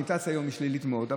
הקונוטציה היא שלילית מאוד.